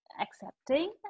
accepting